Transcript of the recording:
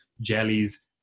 jellies